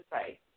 say